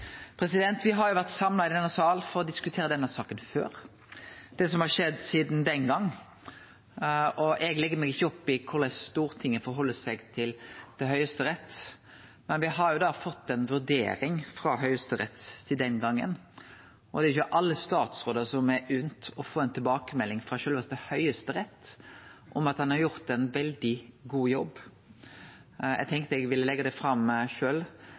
har vore samla i denne salen for å diskutere denne saka før. Eg legg meg ikkje opp i korleis Stortinget stiller seg til Høgsterett, men det som har skjedd sidan den gongen, er at me har fått ei vurdering frå Høgsterett, og det er ikkje alle statsrådar som er unt å få ei tilbakemelding frå sjølvaste Høgsterett om at ein har gjort ein veldig god jobb. Eg tenkte eg ville leggje det fram